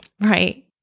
right